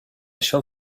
shell